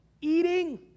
eating